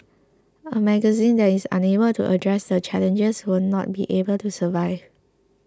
a magazine that is unable to address the challenges will not be able to survive